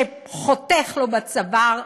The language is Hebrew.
שחותך לו בצוואר,